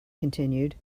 continued